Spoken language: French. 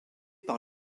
par